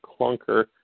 clunker